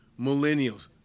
millennials